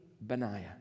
Benaiah